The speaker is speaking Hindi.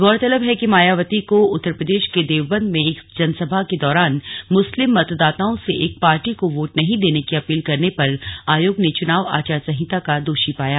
गौरतलब है कि मायावती को उत्तर प्रदेश के देवबंद में एक जनसभा के दौरान मुस्लिम मतदाताओं से एक पार्टी को वोट नहीं देने की अपील करने पर आयोग ने चुनाव आचार संहिता का दोषी पाया